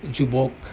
যুৱক